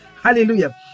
Hallelujah